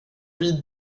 vid